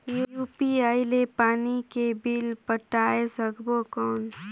UPI ले पानी के बिल पटाय सकबो कौन?